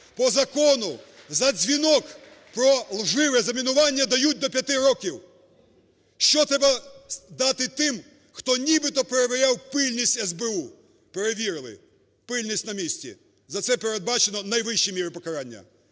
По закону за дзвінок про лживе замінування дають до 5 років. Що треба дати тим, хто нібито перевірів пильність СБУ? Перевірили – пильність на місці. За це передбачено найвищу міру покарання.